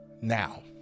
now